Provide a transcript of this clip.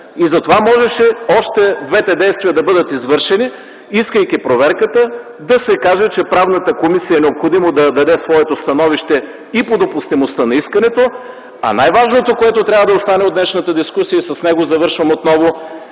Затова можеше още двете действия да бъдат извършени, искайки проверката да се каже, че Правната комисия е необходимо да даде своето становище и по допустимостта на искането, а най-важното, което трябва да остане от днешната дискусия, и с него отново